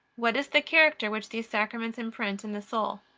what is the character which these sacraments imprint in the soul?